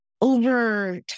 over